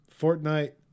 Fortnite